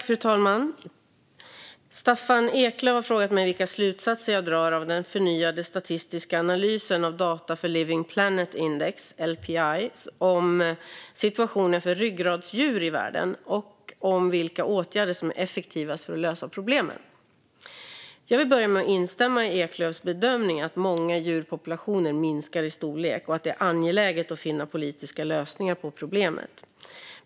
Fru talman! Staffan Eklöf har frågat mig vilka slutsatser jag drar av den förnyade statistiska analysen av data för Living planet index, LPI, om situationen för ryggradsdjur i världen och om vilka åtgärder som är effektivast för att lösa problemen. Jag vill börja med att instämma i Eklöfs bedömning att många djurpopulationer minskar i storlek och att det är angeläget att finna politiska lösningar på problemet.